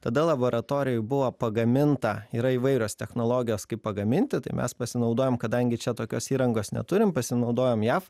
tada laboratorijoj buvo pagaminta yra įvairios technologijos kaip pagaminti tai mes pasinaudojom kadangi čia tokios įrangos neturim pasinaudojom jav